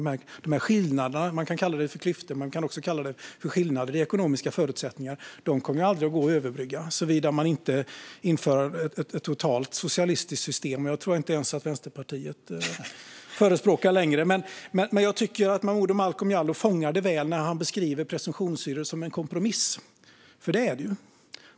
Man kan kalla det för klyftor, och man kan också kalla det för skillnader i ekonomiska förutsättningar. De kommer aldrig att gå att överbrygga, såvida man inte inför ett totalt socialistiskt system. Det tror jag inte att ens Vänsterpartiet förespråkar längre. Momodou Malcolm Jallow fångar det väl när han beskriver presumtionshyror som en kompromiss, för det är det.